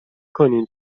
کنین